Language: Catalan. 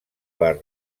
per